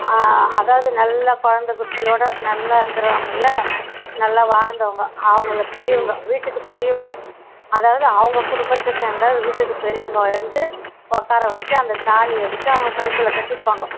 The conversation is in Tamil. அதாவது நல்ல குழந்த குட்டியோட நல்லா இருக்கிறவுங்கள நல்லா வாழ்ந்தவங்க அவங்கள பெரியவங்க வீட்டுக்கு பெரியவங்க அதாவது அவங்க குடும்பத்தை சேர்ந்த வீட்டை சேர்ந்த வீட்டுக்கு பெரியவங்க வந்து உக்கார வச்சு அந்த தாலி எடுத்து அவங்க கழுத்தில் கட்டிப்பாங்க